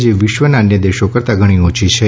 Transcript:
જે વિશ્વના અન્ય દેશો કરતાં ઘણી ઓછી છે